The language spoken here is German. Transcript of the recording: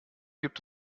gibt